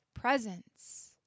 presence